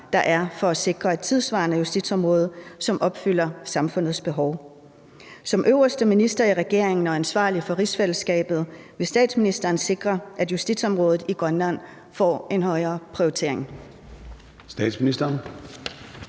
der er for at sikre et tidssvarende justitsområde, som opfylder samfundets behov. Som øverste minister i regeringen og ansvarlig for rigsfællesskabet vil statsministeren sikre, at justitsområdet i Grønland får en højere prioritering?